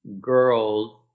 girls